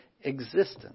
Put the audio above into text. existence